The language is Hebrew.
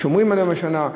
שומרים עליו במשך שנה,